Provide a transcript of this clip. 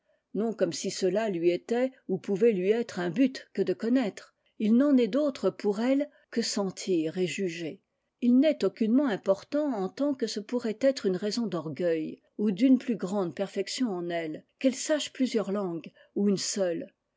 non comme si cela lui était ou pouvait lui être un but que de connaître il n'en est d'autre pour elle que sentir et juger il n'est aucunement important en tant que ce pourrait être une raison d'orgueil ou d'une plus grande perfection en elle qu'elle sache plusieurs langues ou une seule